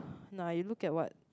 !nah! you look at what